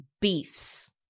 beefs